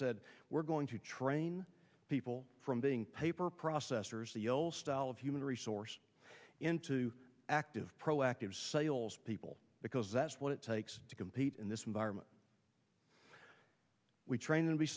said we're going to train people from being paper processors the old style of human resource into active proactive salespeople because that's what it takes to compete in this environment we train t